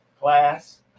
class